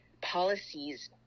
policies